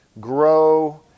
grow